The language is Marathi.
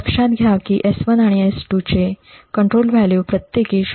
लक्षात घ्या की S1 आणि S2 चे नियंत्रण मूल्ये प्रत्येकी 0